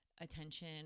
attention